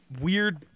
Weird